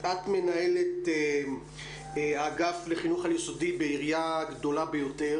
את מנהלת האגף לחינוך העל-יסודי בעירייה גדולה ביותר,